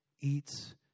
eats